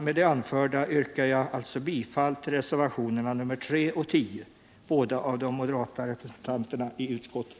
Med det anförda yrkar jag bifall till reservationerna 3 och 10, båda undertecknade av de moderata representanterna i utskottet.